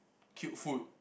cute food